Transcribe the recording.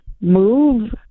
move